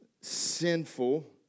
sinful